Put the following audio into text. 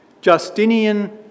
Justinian